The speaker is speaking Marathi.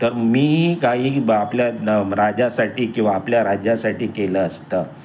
तर मीही काही बा आपल्या राजासाठी किंवा आपल्या राज्यासाठी केलं असतं